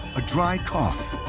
a dry cough,